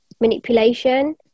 manipulation